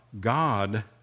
God